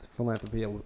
philanthropy